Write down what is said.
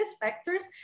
factors